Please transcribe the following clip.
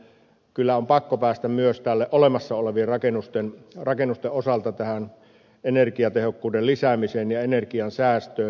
kyllä on pakko päästä myös olemassa olevien rakennusten osalta tähän energiatehokkuuden lisäämiseen ja energiansäästöön